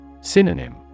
Synonym